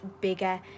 bigger